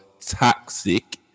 toxic